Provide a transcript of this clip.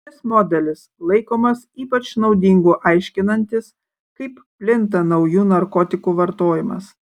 šis modelis laikomas ypač naudingu aiškinantis kaip plinta naujų narkotikų vartojimas